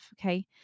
okay